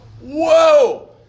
Whoa